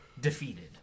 defeated